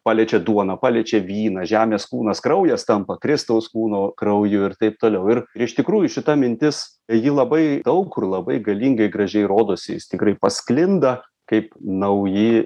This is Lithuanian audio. paliečia duoną paliečia vyną žemės kūnas kraujas tampa kristaus kūno krauju ir taip toliau ir iš tikrųjų šita mintis ji labai daug kur labai galingai gražiai rodosi jis tikrai pasklinda kaip nauji